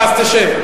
אז תשב.